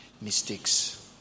mistakes